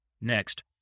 next